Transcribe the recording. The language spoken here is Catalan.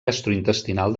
gastrointestinal